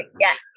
yes